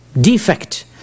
defect